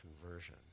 conversion